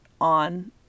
on